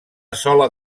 sola